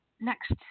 next